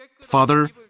Father